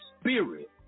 spirit